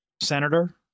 senator